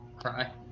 Cry